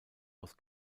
aus